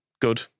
good